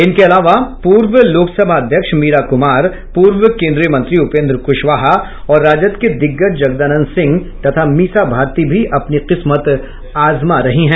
इनके अलावा पूर्व लोकसभा अध्यक्ष मीरा कुमार पूर्व केंद्रीय मंत्री उपेंद्र कुशवाहा और राजद के दिग्गज जगदानंद सिंह तथा मीसा भारती भी अपनी किस्मत आजमा रही हैं